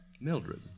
Mildred